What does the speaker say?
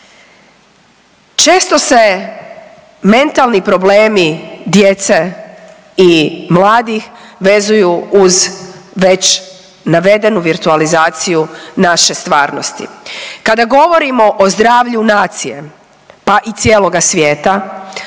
Često se mentalni problemi djece i mladih vezuju uz već navedenu virtualizaciju naše stvarnosti. Kada govorimo o zdravlju nacije pa i cijeloga svijeta,